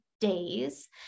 days